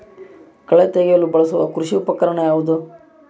ಕಳೆ ತೆಗೆಯಲು ಬಳಸುವ ಕೃಷಿ ಉಪಕರಣ ಯಾವುದು?